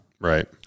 right